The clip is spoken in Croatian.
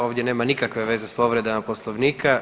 Ovdje nema nikakve veze sa povredama Poslovnika.